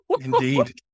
Indeed